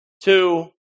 Two